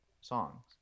songs